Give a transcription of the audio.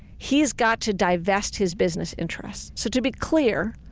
he's got to divest his business interests. so to be clear,